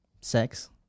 sex